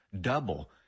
Double